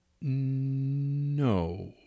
No